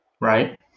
Right